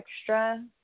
extra